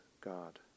God